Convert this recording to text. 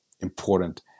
important